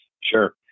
Sure